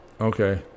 Okay